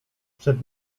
przed